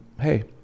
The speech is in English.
hey